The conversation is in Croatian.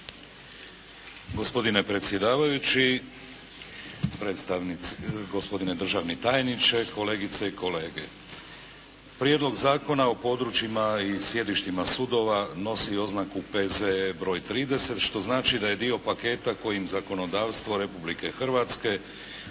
Gospodine predsjedavajući, gospodine državni tajniče, kolegice i kolege. Prijedloga o područjima i sjedištima sudova nosi oznaku P.Z.E. br. 30 što znači da je dio paketa kojim zakonodavstvo Republike Hrvatske